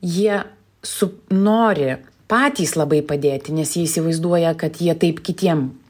jie su nori patys labai padėti nes jie įsivaizduoja kad jie taip kitiem